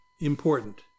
important